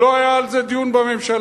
לא היה על זה דיון בממשלה,